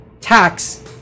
tax